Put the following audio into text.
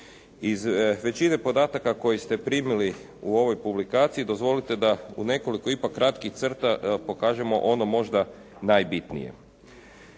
Iz većine podataka koji ste primili u ovoj publikaciji dozvolite da u nekoliko ipak kratkih crta pokažemo ono možda najbitnije.